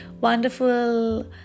wonderful